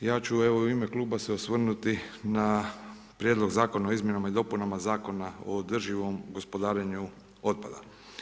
Ja ću evo u ime kluba se osvrnuti na Prijedlog Zakona o izmjenama i dopunama Zakona o održivom gospodarenju otpada.